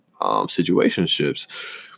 situationships